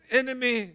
enemy